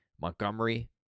Montgomery